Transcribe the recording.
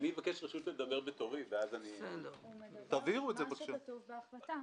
תבהירו את זה, בבקשה.